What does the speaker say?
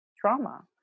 trauma